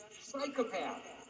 psychopath